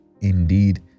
indeed